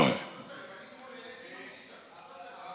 לא צריך, אני אתמול העליתי צ'יק-צ'ק.